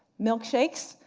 milkshakes?